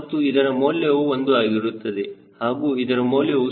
ಮತ್ತು ಇದರ ಮೌಲ್ಯವು ಒಂದು ಆಗಿರುತ್ತದೆ ಹಾಗೂ ಇದರ ಮೌಲ್ಯವು ಸರಿಸುಮಾರು 3